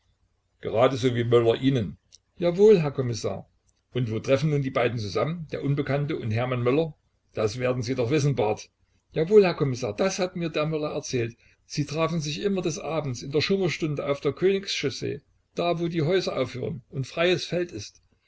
gerade so wie möller ihnen jawohl herr kommissar und wo treffen nun die beiden zusammen der unbekannte und hermann möller das werden sie doch wissen barth jawohl herr kommissar das hat mir der möller erzählt sie trafen sich immer des abends in der schummerstunde auf der königs chaussee da wo die häuser aufhören und freies feld ist